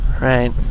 Right